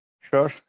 Sure